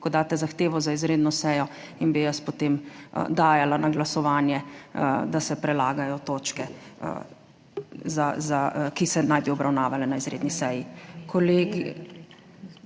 ko daste zahtevo za izredno sejo in bi jaz potem dajala na glasovanje, da se prelagajo točke, ki se naj bi obravnavale na izredni seji?